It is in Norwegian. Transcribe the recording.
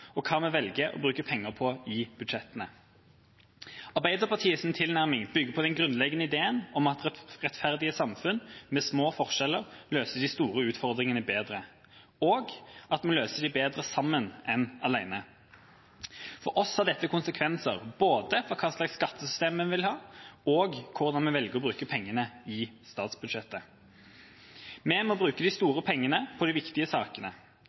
og hva vi velger å bruke penger på i budsjettene? Arbeiderpartiets tilnærming bygger på den grunnleggende ideen om at rettferdige samfunn med små forskjeller løser de store utfordringene bedre, og at vi løser dem bedre sammen enn alene. For oss har dette konsekvenser, både for hva slags skattesystem vi vil ha, og for hvordan vi velger å bruke pengene i statsbudsjettet. Vi må bruke de store pengene på de viktige sakene.